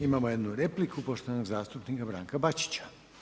Imamo jednu repliku poštovanog zastupnika Branka Bačića.